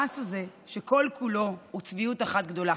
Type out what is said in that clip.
המס הזה שכל-כולו הוא צביעות אחת גדולה.